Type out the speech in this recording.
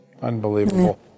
Unbelievable